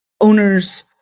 owners